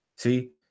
See